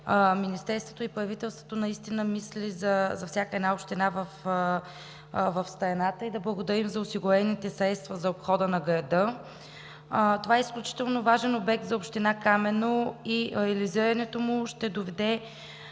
Министерството и правителството наистина мислят за всяка една община в страната и да благодарим за осигурените средства за обхода на града. Това е изключително важен обект за община Камено и реализирането му ще доведе